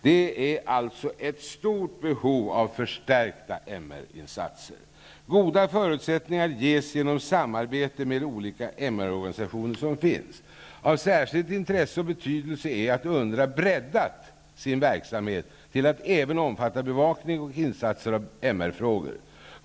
Det finns alltså ett stort behov av förstärkta MR Goda förutsättningar ges genom samarbete med de olika MR-organisationer som finns. Av särskilt intresse och betydelse är att UNRWA breddat sin verksamhet till att även omfatta bevakning och insatser av MR-frågor.